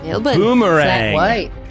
Boomerang